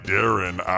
Darren